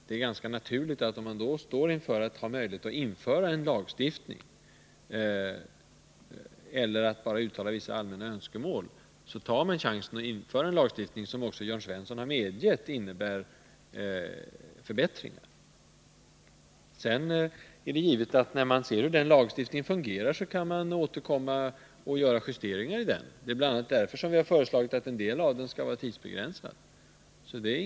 Det är ganska naturligt, att om man står inför möjligheten att antingen införa en lagstiftning eller att bara uttala vissa allmänna önskemål, så tar man chansen att införa en lagstiftning, som Jörn Svensson har medgivit innebär förbättringar. När man sedan ser hur den lagstiftningen fungerar, är det givet att man kan återkomma och göra justeringar i den. Det är bl.a. därför vi har föreslagit att en del av den skall vara tidsbegränsad.